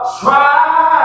try